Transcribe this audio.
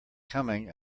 coming